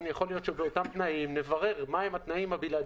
יכול להיות שבאותם תנאים גם נברר מה הם התנאים הבלעדיים.